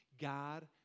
God